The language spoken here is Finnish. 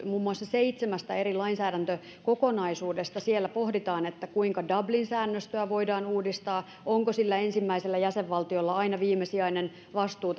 muun muassa seitsemästä eri lainsäädäntökokonaisuudesta siellä pohditaan kuinka dublin säännöstöä voidaan uudistaa onko sillä ensimmäisellä jäsenvaltiolla aina viimesijainen vastuu